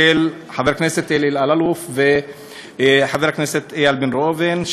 חבר הכנסת אלי אלאלוף וחבר הכנסת איל בן ראובן.